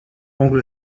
anglo